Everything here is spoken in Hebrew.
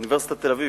אוניברסיטת תל-אביב,